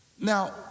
Now